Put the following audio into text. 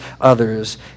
others